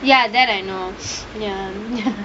ya that I know ya ya